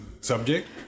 subject